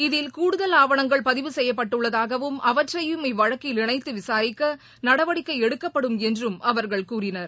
இதில் கூடுதல் ஆவணங்கள் பதிவு செய்யப்பட்டுள்ளதாகவும் அவற்றையும் இவ்வழக்கில் இணைத்து விசாரிக்க நடவடிக்கை எடுக்கப்படும் என்றும் அவர்கள் கூறினர்